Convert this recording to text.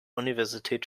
universität